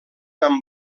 amb